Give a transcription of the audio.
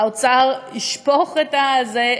האוצר ישפוך את זה,